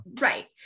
Right